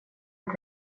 att